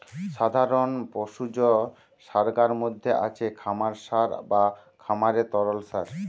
সাধারণ পশুজ সারগার মধ্যে আছে খামার সার বা খামারের তরল সার